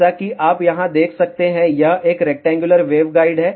जैसा कि आप यहां देख सकते हैं यह एक रेक्टेंगुलर वेवगाइड है